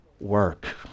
work